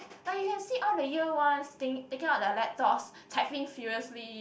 but you can see all the year ones think taking out their laptops typing furiously